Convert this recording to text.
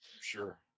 Sure